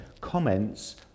comments